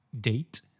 date